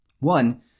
One